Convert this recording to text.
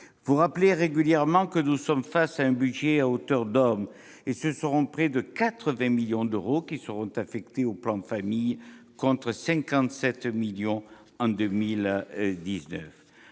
Vous rappelez régulièrement que nous sommes face à un budget à hauteur d'homme, et près de 80 millions d'euros seront affectés au plan Famille, contre 57 millions d'euros